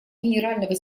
генерального